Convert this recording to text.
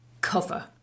cover